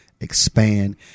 expand